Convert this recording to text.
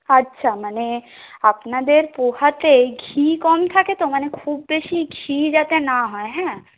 আচ্ছা মানে আপনাদের পোহাতে ঘি কম থাকে তো মানে খুব বেশি ঘি যাতে না হয় হ্যাঁ